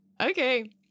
Okay